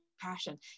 passion